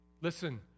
Listen